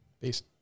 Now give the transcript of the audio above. Peace